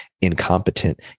incompetent